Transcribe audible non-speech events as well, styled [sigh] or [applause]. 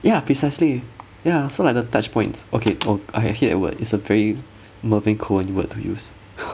ya precisely ya so like the touch points okay oh I had hit a word it's a very moving coding word to use [laughs]